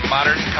Modern